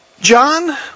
John